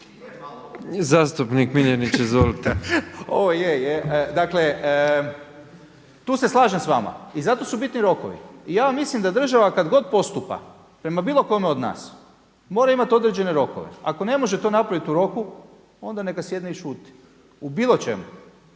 Zastupnik Miljenić izvolite. **Miljenić, Orsat (SDP)** Dakle, tu se slažem s vama i zato su bitni rokovi. I ja vam mislim da država kada god postupa prema bilo kome od nas mora imati određene rokove. Ako ne može to napraviti u roku onda neka sjedne i šuti. U bilo čemu.